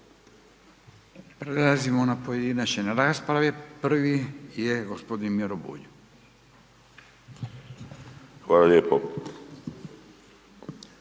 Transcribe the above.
Prelazimo na pojedinačne rasprave. Prvi je gospodin Miro Bulj. **Bulj,